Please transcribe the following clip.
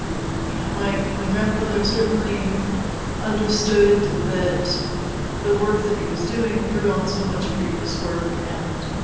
you know, my my grandfather certainly understood that the work that he was doing drew on so much previous work. and